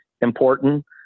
important